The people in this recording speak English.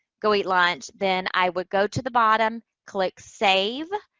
go eat lunch, then i would go to the bottom, click save.